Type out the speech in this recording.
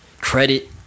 Credit